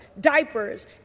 diapers